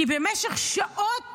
כי במשך שעות